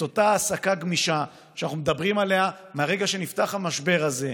את אותה העסקה גמישה שאנחנו מדברים עליה מרגע שנפתח המשבר הזה,